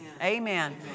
Amen